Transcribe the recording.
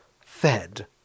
fed